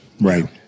Right